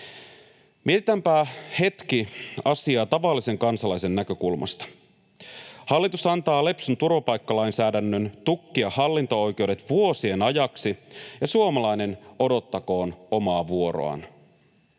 Mietitäänpä hetki asiaa tavallisen kansalaisen näkökulmasta. Hallitus antaa lepsun turvapaikkalainsäädännön tukkia hallinto-oikeudet vuosien ajaksi, ja suomalainen odottakoon omaa vuoroaan.